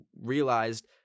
realized